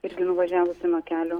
irgi nuvažiavusi nuo kelio